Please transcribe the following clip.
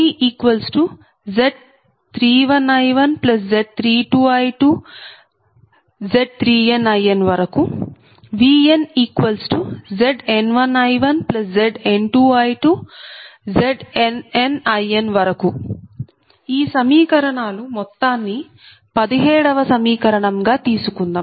VnZn1I1Zn2I2ZnnIn ఈ సమీకరణాలు మొత్తాన్ని 17 వ సమీకరణం గా తీసుకుందాం